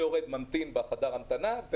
המורה ממקום ההמתנה.